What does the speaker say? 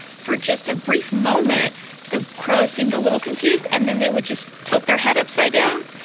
for just a brief moment the crows seemed a little confused, and then they would just tilt their head upside down.